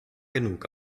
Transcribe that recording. genug